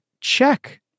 check